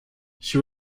she